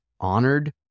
honored